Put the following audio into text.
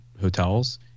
hotels